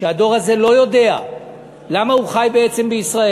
והדור הזה לא יודע למה הוא חי בישראל.